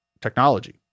technology